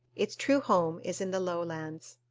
its true home is in the lowlands.